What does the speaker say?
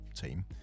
team